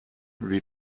lui